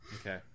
Okay